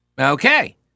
Okay